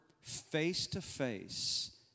face-to-face